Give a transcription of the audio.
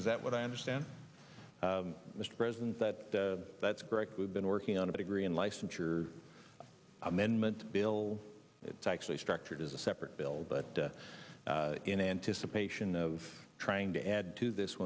is that what i understand mr president that that's correct we've been working on a degree in licensure amendment bill it's actually structured as a separate bill but in anticipation of trying to add to this